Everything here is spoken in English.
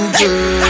girl